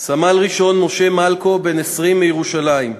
סמל-ראשון משה מלקו, בן 20, מירושלים,